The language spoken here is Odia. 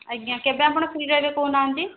ଆଜ୍ଞା କେବେ ଆପଣ ଫ୍ରୀ ରହିବେ କହୁନାହାନ୍ତି